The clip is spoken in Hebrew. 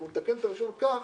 אנחנו נתקן את הרישיון וכך